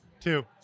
Two